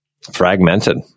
fragmented